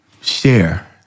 share